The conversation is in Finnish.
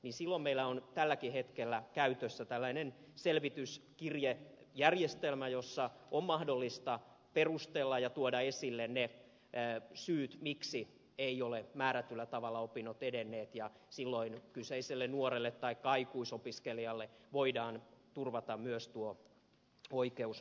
silloin meillä on tälläkin hetkellä käytössä tällainen selvityskirjejärjestelmä jossa on mahdollista perustella ja tuoda esille ne syyt miksi eivät ole määrätyllä tavalla opinnot edenneet ja silloin kyseiselle nuorelle taikka aikuisopiskelijalle voidaan turvata myös tuo oikeus opintorahaan